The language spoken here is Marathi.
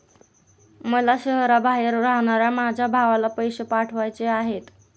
मला शहराबाहेर राहणाऱ्या माझ्या भावाला पैसे पाठवायचे आहेत